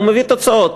מביא תוצאות.